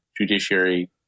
judiciary